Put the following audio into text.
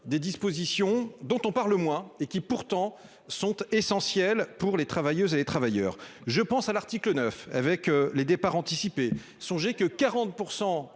des dispositions dont on parle moins et qui pourtant sont essentiels pour les travailleuses et les travailleurs. Je pense à l'article 9. Avec les départs anticipés. Songez que 40%